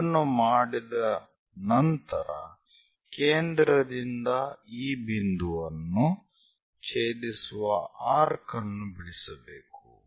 ಇದನ್ನು ಮಾಡಿದ ನಂತರ ಕೇಂದ್ರದಿಂದ ಈ ಬಿಂದುವನ್ನು ಛೇದಿಸುವ ಆರ್ಕ್ ಅನ್ನು ಬಿಡಿಸಬೇಕು